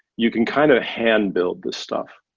you can kind of hand-build this stuff,